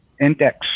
index